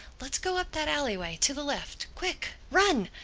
let's go up that alleyway to the left. quick run!